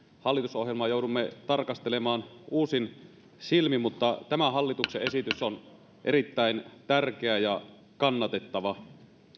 hallitusohjelmaa joudumme tarkastelemaan uusin silmin mutta tämä hallituksen esitys on erittäin tärkeä ja kannatettava